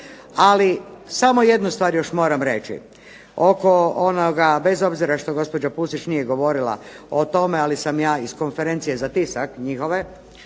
Ali samo jednu stvar još moram reći, oko onoga bez obzira što gospođa Pusić nije govorila o tome, ali sam ja iz konferencije za tisak njihove